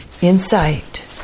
insight